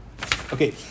okay